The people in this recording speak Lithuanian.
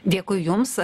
dėkui jums